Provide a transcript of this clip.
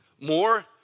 more